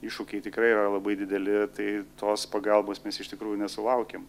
iššūkiai tikrai yra labai dideli tai tos pagalbos mes iš tikrųjų nesulaukiam